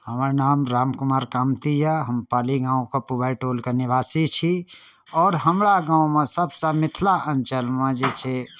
हमर नाम राम कुमार कामती यऽ हम पाली गाँवके पूबारि टोलके निवासी छी आओर हमरा गाँवमे सब सऽ मिथिला अंचलमे जे छै